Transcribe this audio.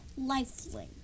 Lifelink